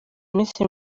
iminsi